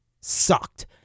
sucked